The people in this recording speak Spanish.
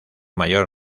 mayor